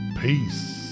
Peace